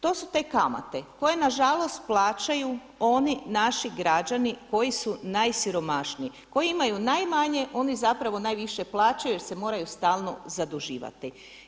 To su te kamate koje na žalost plaćaju oni naši građani koji su najsiromašniji, koji imaju najmanje, oni zapravo najviše plaćaju jer se moraju stalno zaduživati.